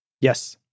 Yes